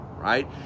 right